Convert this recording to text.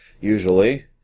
usually